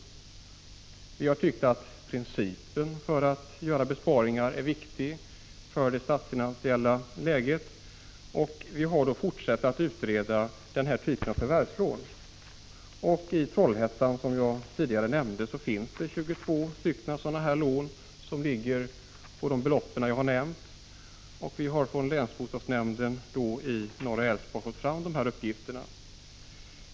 Vi har tyckt att principen att göra besparingar är viktig i detta statsfinansiella läge. I Trollhättan finns det 20 sådana lån på de belopp jag nämnde tidigare. Dessa uppgifter har vi fått fram från länsbostadsnämnden i Älvsborgs län.